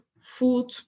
food